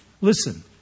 Listen